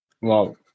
Wow